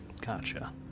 gotcha